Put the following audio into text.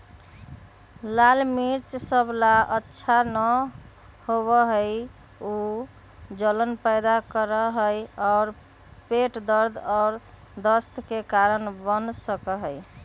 लाल मिर्च सब ला अच्छा न होबा हई ऊ जलन पैदा करा हई और पेट दर्द और दस्त के कारण बन सका हई